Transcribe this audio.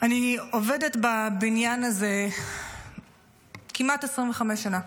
אני עובדת בבניין הזה כמעט 25 שנה.